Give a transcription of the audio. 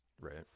right